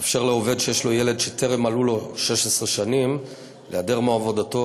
מאפשר לעובד שיש לו ילד שטרם מלאו לו 16 שנים להיעדר מעבודתו